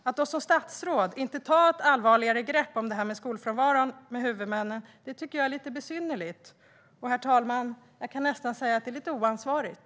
Att statsrådet inte tar ett allvarligt grepp om frågan om skolfrånvaron med huvudmännen är besynnerligt. Det är, herr talman, oansvarigt.